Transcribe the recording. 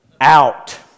out